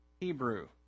Hebrew